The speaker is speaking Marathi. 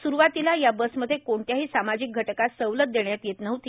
सुरुवातीला या बसमध्ये कोणत्याही सामाजिक घटकास सवलत देण्यात येत नव्हती